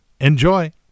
Enjoy